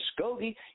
Muskogee